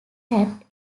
had